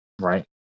right